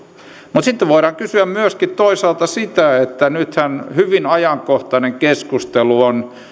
mutta sitten voidaan kysyä myöskin toisaalta sitä että kun nythän on hyvin ajankohtainen keskustelu